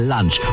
Lunch